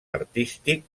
artístic